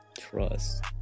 trust